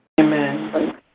Amen